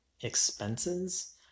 expenses